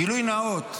גילוי נאות,